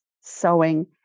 sewing